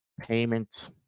payment